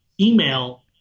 email